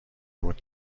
بود